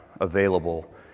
available